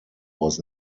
was